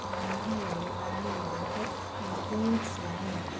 मा होन्नानै मा होनबावनोथाय जेबो मिथिला आङो